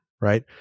right